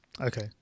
Okay